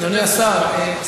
אדוני השר,